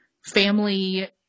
Family